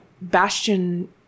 Bastion